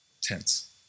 tense